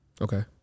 Okay